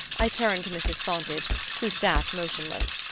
i turned to mrs. fontage, who sat motionless,